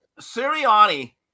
Sirianni